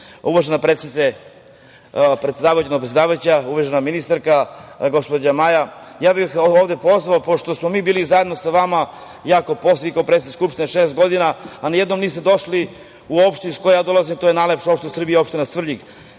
uvažena predsedavajuća, uvažena ministarka gospođo Majo, ja bih ovde pozvao, pošto smo mi bili zajedno sa vama, ja kao poslanik, kao predsednik Skupštine šest godina, a ni jednom niste došli u opštinu iz koje ja dolazim, to je najlepša opština u Srbiji, opština Svrljig.